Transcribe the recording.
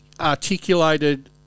articulated